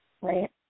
Right